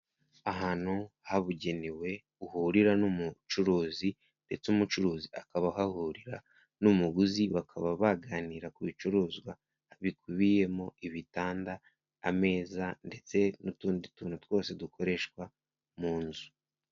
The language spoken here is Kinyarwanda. Ahantu habugenewe uhurira n'umucuruzi ndetse umucuruzi akaba ahahurira n'umuguzi bakaba baganira ku bicuruzwa bikubiyemo ibitanda, ameza ndetse n'utundi tuntu twose dukoreshwa mu nzu.